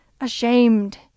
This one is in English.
ashamed